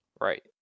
right